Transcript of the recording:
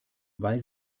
weil